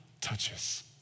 touches